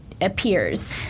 Appears